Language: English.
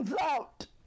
out